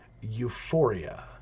Euphoria